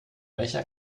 welcher